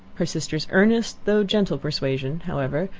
her sister's earnest, though gentle persuasion, however,